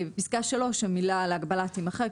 פסקה (3), המילה "על הגבלה" תימחק.